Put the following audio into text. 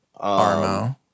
Armo